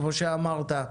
כמו שאמרת,